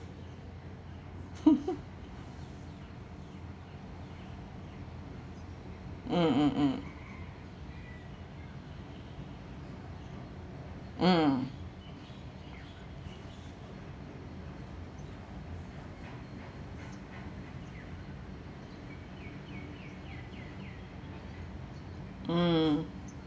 mm mm mm mm mm